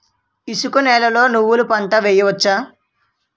ఇసుక నేలలో నువ్వుల పంట వేయవచ్చా?